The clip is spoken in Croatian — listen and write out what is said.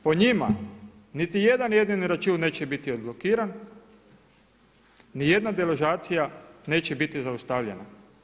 Po njima niti jedan jedini račun neće biti odblokiran, ni jedna deložacija neće biti zaustavljena.